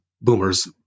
boomers